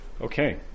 Okay